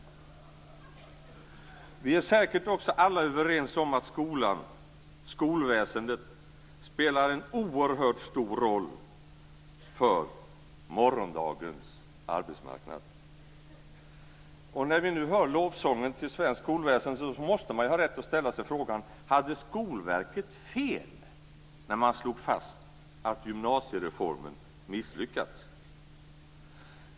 Vi är säkert också alla överens om att skolväsendet spelar en oerhört stor roll för morgondagens arbetsmarknad. När man nu hör lovsången till svenskt skolväsende måste man ha rätt att ställa sig frågan om Skolverket hade fel när det slog fast att gymnasiereformen misslyckats.